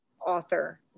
author